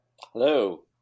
Hello